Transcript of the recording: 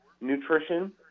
nutrition